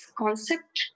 concept